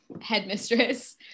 headmistress